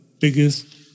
biggest